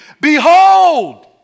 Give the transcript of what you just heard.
Behold